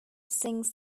sings